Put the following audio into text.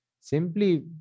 Simply